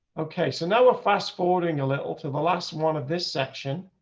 okay, so now we're fast forwarding a little to the last one of this section.